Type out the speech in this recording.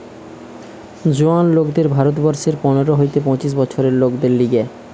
জোয়ান লোকদের ভারত বর্ষে পনের হইতে পঁচিশ বছরের লোকদের লিগে